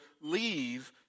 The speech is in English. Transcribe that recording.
leave